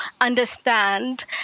understand